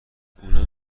اونم